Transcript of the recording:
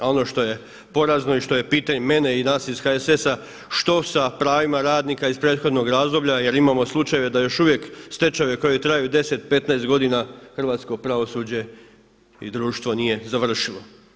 A ono što je porazno i što pitaju mene i nas ih HSS-a što sa pravima radnika iz prethodnog razdoblja, jer imamo slučajeve da još uvijek stečajeve koji traju 10, 15 godina hrvatsko pravosuđe i društvo nije završilo.